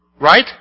Right